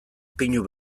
pinu